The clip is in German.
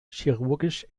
chirurgisch